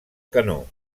canó